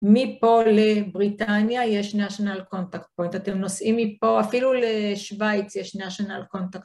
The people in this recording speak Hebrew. מפה לבריטניה יש national contact point, אתם נוסעים מפה, אפילו לשוויץ יש national contact.